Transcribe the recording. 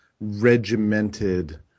regimented